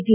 T